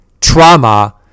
Trauma